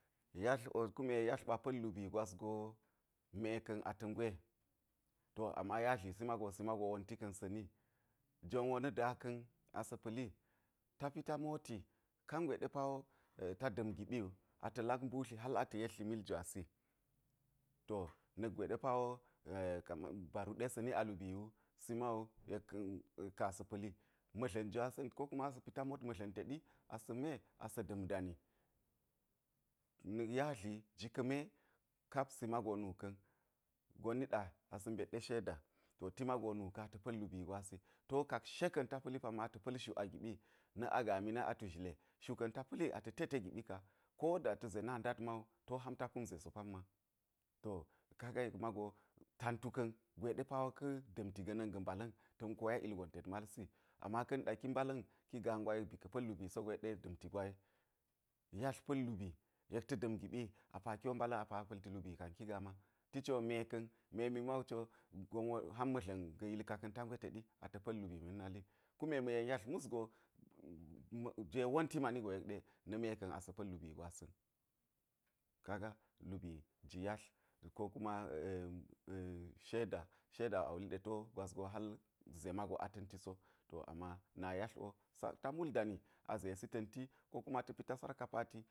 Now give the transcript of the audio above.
Yatl wo kume yatl ɓa pa̱l lubii gwas go me ka̱n ata̱ ngwe to ama yatli mago wonti ka̱n sa̱ni jon wo na̱ da ka̱n asa̱ pa̱li ta̱ pita moti kangwe ɗe pa wo a̱ tada̱m giɓi wu ata̱ lak mbutli hal ata̱ yetltli mil jwasi to na̱kgwe ɗe pa wo a̱a̱ baru sa̱ni a lubii wu si ma wu yek ka̱n nuka̱n a sa̱ pa̱li ma̱dla̱njwasa̱nko kuma asa̱ pita mot ma̱ɗla̱n teɗi asa̱ mwe asa̱ da̱m dani na̱k yadli ji ka̱ me kap si mago nu ka̱n gon niɗa asa̱ mbet ɗe sheda ti mago nuka̱n ata̱ pa̱l lubii gwasi ti wo kakshe ka̱n ata̱ pa̱li ata̱ pa̱l shu a giɓi na̱ a gaami na̱ a tu zhile shu ka̱ ta pa̱li ata̱ te te giɓi ka ko da ta̱ ze na ndat ma wu to ham ta kum zesi so pamma to ka ga yek mago tantu ka̱n gwe ɗe pa wo ka̱ da̱mti ga̱na̱n ga̱ mbala̱n ta̱n koya ilgon tet malsi, ama ka̱ niɗa ki mbala̱n ki gaa gwa yek ba̱ka̱ pa̱l lubi sogo yek ɗe da̱amti gwa ye, yadl pa̱l lubii yek ta̱ da̱m giɓi a pa ki wo mbala̱n a pa pa̱lti lbii kan ki gaa ma ti ci wo me ka̱n memi ma̱ wu co gon wo ham ma̱dla̱n ga̱ yilka ka̱n ta ngwe teɗi ata̱pa̱llubii na̱ nali, kume ma̱ yen yadl mus go jwe wonti mani yek ɗe na̱ me ka̱n asa̱ pa̱l lubiigwasa̱n kaga lubii ji yadl ko kuma sheda sheda wo a wuli ti wo gwas go hal ze mago a ta̱nti so to ama na a yadl wo a̱ ta mul dani a zesi ta̱nti ko kuma ata̱ pita sarkafati.